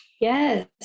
Yes